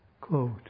quote